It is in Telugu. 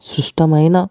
సుష్టమైన